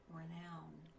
renowned